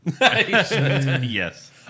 Yes